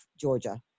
Georgia